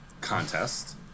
contest